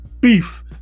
beef